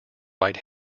right